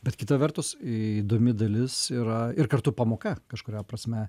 bet kita vertus įdomi dalis yra ir kartu pamoka kažkuria prasme